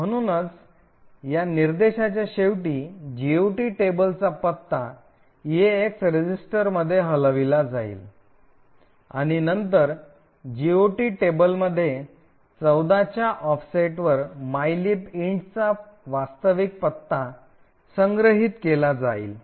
म्हणूनच या निर्देशाच्या शेवटी जीओटी टेबलचा पत्ता ईएक्स रजिस्टरमध्ये हलविला जाईल आणि नंतर जीओटी टेबलमध्ये 14 च्या ऑफसेटवर मायलीब इंटचा mylib int वास्तविक पत्ता संग्रहित केला जाईल